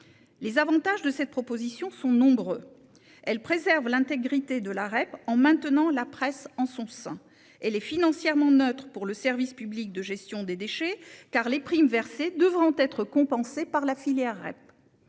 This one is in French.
Les avantages de cette proposition sont nombreux. Elle préserve l'intégrité de la REP en maintenant la presse en son sein. Elle est financièrement neutre pour le service public de gestion des déchets, car les primes versées devront être compensées par la filière REP.